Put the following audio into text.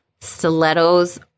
Stilettos